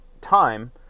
time